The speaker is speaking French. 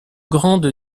grande